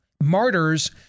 martyrs